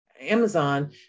Amazon